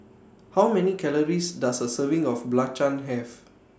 How Many Calories Does A Serving of Belacan Have